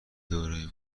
دوره